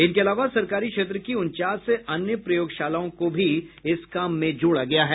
इनके अलावा सरकारी क्षेत्र की उनचास अन्य प्रयोगशालाओं को भी इस काम में जोड़ा गया है